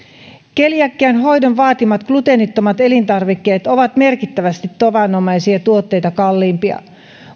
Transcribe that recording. keliakian hoidon vaatimat gluteenittomat elintarvikkeet ovat merkittävästi tavanomaisia tuotteita kalliimpia